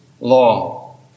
law